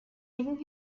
making